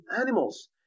animals